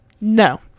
no